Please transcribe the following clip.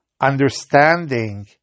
understanding